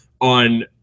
on